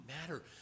matter